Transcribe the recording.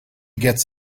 gets